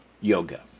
Yoga